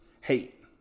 Hate